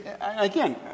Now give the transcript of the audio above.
again